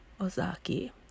Ozaki